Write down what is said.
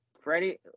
Freddie